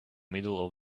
middle